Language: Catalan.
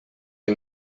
que